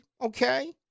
okay